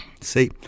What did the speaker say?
See